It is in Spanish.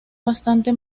bastante